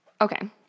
Okay